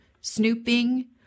snooping